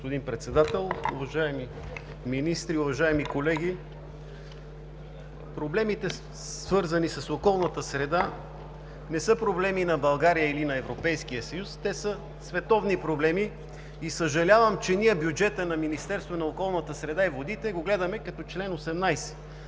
господин Председател. Уважаеми министри, уважаеми колеги! Проблемите, свързани с околната среда, не са проблеми на България или на Европейския съюз, те са световни проблеми. Съжалявам, че бюджетът на Министерството на околната среда и водите го гледаме като чл. 18,